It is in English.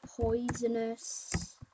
Poisonous